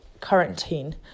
quarantine